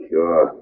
Sure